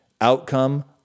outcome